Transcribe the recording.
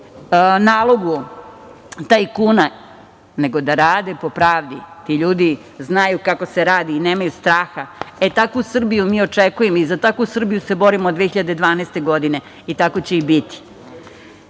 nalogu tajkuna, nego da rade po pravdi. Ti ljudi znaju kako se radi i nemaju straha. E takvu Srbiju mi očekujemo i za takvu Srbiju se borimo 2012. godine i tako će i biti.